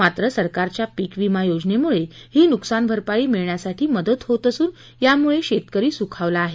मात्र सरकारच्या पीकविमा योजनेमुळे ही नुकसानभरपाई मिळण्यासाठी मदत होत असून यामुळे शेतकरी सुखावला आहे